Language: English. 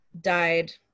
died